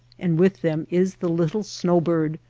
and with them is the little snow bird,